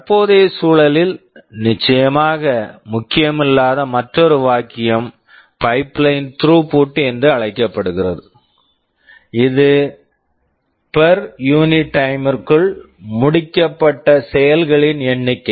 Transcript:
தற்போதைய சூழலில் நிச்சயமாக முக்கியமில்லாத மற்றொரு வாக்கியம் பைப்லைன் pipeline த்ரூபுட் throughput என்று அழைக்கப்படுகிறது இது per per unit time unit time ற்குள் முடிக்கப்பட்ட செயல்களின் எண்ணிக்கை